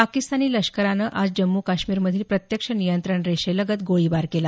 पाकिस्तानी लष्करानं आज जम्मू काश्मीरमधील प्रत्यक्ष नियंत्रण रेषेलगत गोळीबार केला